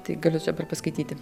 tai galiu čia dabar paskaityti